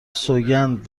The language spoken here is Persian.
سوگند